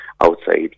outside